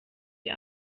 die